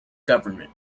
government